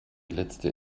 letzte